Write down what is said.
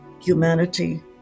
humanity